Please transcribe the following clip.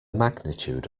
magnitude